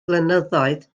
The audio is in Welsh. blynyddoedd